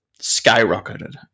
skyrocketed